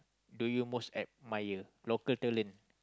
do you most admire local talent